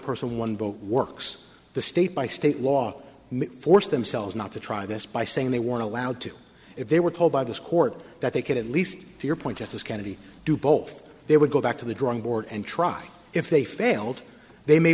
person one vote works the state by state law may force themselves not to try this by saying they weren't allowed to if they were told by this court that they could at least to your point justice kennedy do both they would go back to the drawing board and try if they failed they may